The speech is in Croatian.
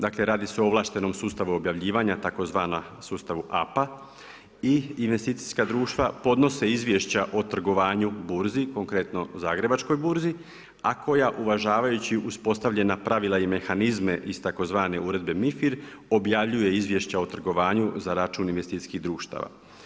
Dakle, radi se o ovlaštenom sustavu objavljivanja, tzv. sustavu APA i investicijska društva podnose izvješća o trgovanju burzi, konkretno Zagrebačkoj burzi a koja uvažavajući uspostavljena pravila i mehanizme iz tzv. Uredba MiFIR, objavljuje izvješća o trgovanju za račun investicijskih društava.